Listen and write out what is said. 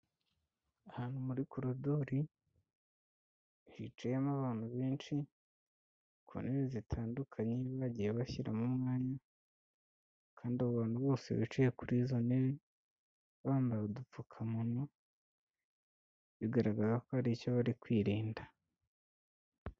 Ahantu muri korodori hicyemo abantu benshi, ku ntebe zitandukanye bagiye bashyiramo umwanya, kandi abo abantu bose bicaye kuri izo ntebe bambaye udupfukamunwa, bigaragara ko hari icyo bari kwirinda.